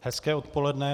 Hezké odpoledne.